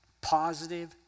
positive